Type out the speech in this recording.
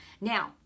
Now